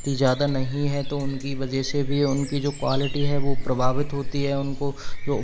इतनी ज़्यादा नहीं है तो उनकी वजह से भी उनकी जो क्वालिटी है वो प्रभावित होती है उनको जो